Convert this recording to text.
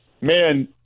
man